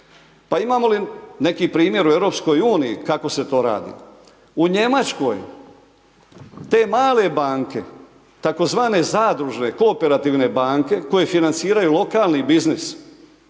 Pa imamo li neki primjer u EU kako se to radi. U Njemačkoj te male banke tzv. zadružne, kooperativne banke koje financiraju lokalni biznis